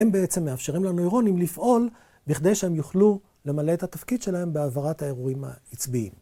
הם בעצם מאפשרים לנוירונים לפעול בכדי שהם יוכלו למלא את התפקיד שלהם בהעברת האירועים העצביים.